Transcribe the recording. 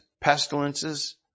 pestilences